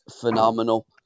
phenomenal